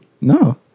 No